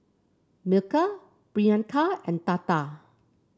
Milkha Priyanka and Tata